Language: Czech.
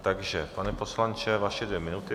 Takže pane poslanče, vaše dvě minuty.